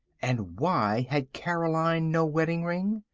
and why had caroline no wedding-ring?